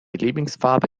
lieblingsfarbe